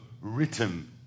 written